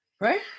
Right